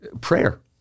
prayer